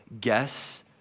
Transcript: guess